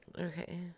Okay